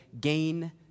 gain